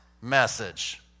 message